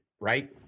right